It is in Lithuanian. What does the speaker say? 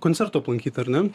koncertų aplankyta ar na